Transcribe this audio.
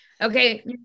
okay